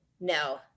no